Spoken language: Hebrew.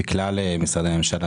בכלל משרדי הממשלה,